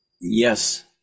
Yes